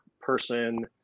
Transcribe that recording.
person